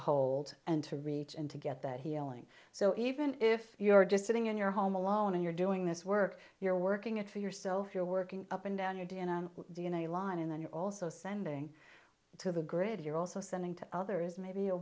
hold and to reach and to get that healing so even if you are just sitting in your home alone and you're doing this work you're working it for yourself you're working up and down your d n a d n a line and then you're also sending to the grid you're also sending to others maybe a